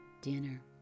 dinner